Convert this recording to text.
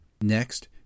Next